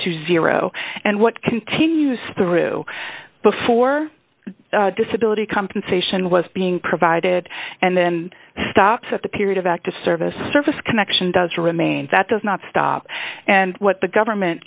to zero and what continues through before the disability compensation was being provided and then stops at the period of active service service connection does remain that does not stop and what the government